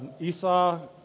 Esau